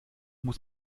muss